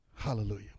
Hallelujah